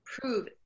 prove